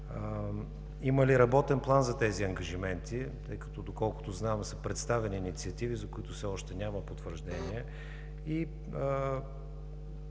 Има ли работен план за тези ангажименти, тъй като, доколкото знам, са представени инициативи, за които все още няма потвърждение.